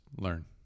learn